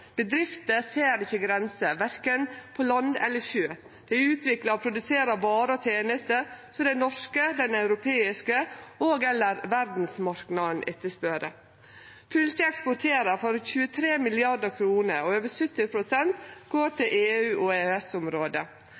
ser ikkje grenser, verken på land eller på sjø. Dei utviklar og produserer varar og tenester som den norske, den europeiske og/eller verdsmarknaden etterspør. Fylket eksporterer for 23 mrd. kr, og over 70 pst. går til